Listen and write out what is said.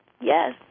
Yes